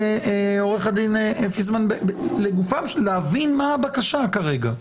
עו"ד פיסמן, להבין מה הבקשה כרגע.